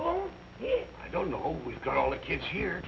you i don't know we've got all the kids here